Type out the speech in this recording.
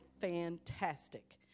fantastic